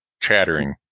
chattering